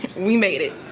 we made it.